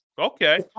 okay